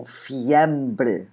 fiambre